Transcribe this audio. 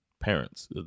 parents